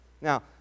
Now